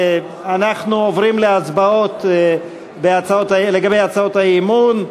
אנחנו עוברים להצבעות על הצעות האי-אמון.